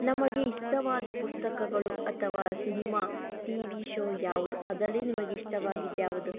ನಮಗೆ ಇಷ್ಟವಾದ ಪುಸ್ತಕಗಳು ಅಥವಾ ಸಿನಿಮಾ ಟಿವಿ ಶೋ ಯಾವುದು ಅದರಲ್ಲಿ ನಿಮಗಿಷ್ಟವಾಗಿದ್ಯಾವುದು